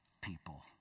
people